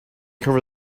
cover